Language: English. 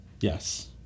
Yes